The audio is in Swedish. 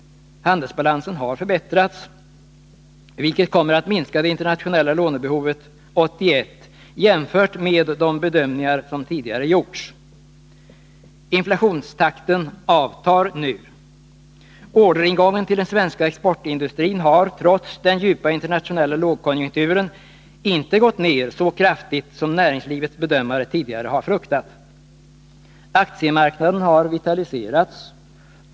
Handelsbalansen har förbättrats, vilket kommer att minska det internationella lånebehovet under 1981 jämfört med de bedömningar som tidigare har gjorts. Inflationstakten avtar nu. Orderingången till den svenska exportindustrin har, trots den djupa internationella lågkonjunkturen, inte gått ned så kraftigt som näringslivets bedömare tidigare hade fruktat. Aktiemarknaden har vitaliserats.